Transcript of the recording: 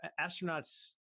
astronauts